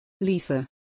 Lisa